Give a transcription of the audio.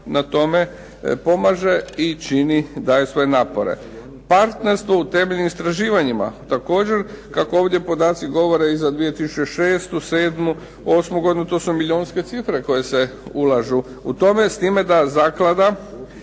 na tome pomaže i čini i daje svoje napore. Partnerstvo u temeljnim istraživanima. Također kako ovdje podaci govore i za 2006., sedmu, osmu godinu to su milijunske cifre koje se ulažu u tome. S time da zaklada